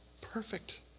perfect